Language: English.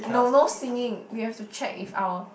no no singing we have to check if our